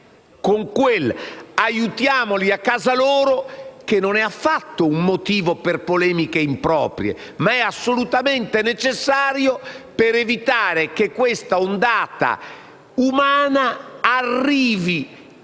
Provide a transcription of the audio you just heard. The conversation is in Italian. con quell'"aiutiamoli a casa loro" che non è affatto un motivo per polemiche improprie, ma è uno strumento assolutamente necessario per evitare che questa ondata umana arrivi